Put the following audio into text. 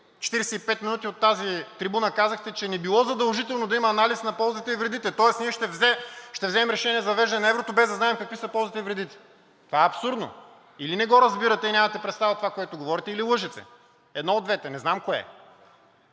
45 минути от тази трибуна Вие казахте, че не било задължително да има анализ на ползите и вредите, тоест ще вземем решение за въвеждане на еврото, без да знаем какви са ползите и вредите. Това е абсурдно! Или не го разбирате и нямате представа за това, което говорите, или лъжете – едно от двете, не знам кое.